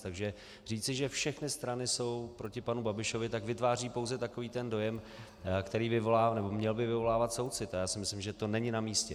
Takže říci, že všechny strany jsou proti panu Babišovi, vytváří pouze takový ten dojem, který by měl vyvolávat soucit, a já si myslím, že to není namístě.